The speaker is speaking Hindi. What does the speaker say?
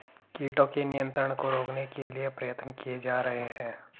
कीटों के नियंत्रण को रोकने के लिए प्रयत्न किये जा रहे हैं